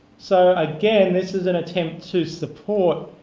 so again, this is an attempt to support